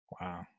Wow